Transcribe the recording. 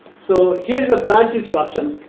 so, here is a branch instruction